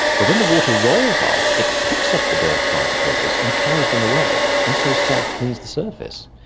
but when the water rolls off, it picks up the dirt particles and carries them away, and so self-cleans the surface.